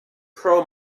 pro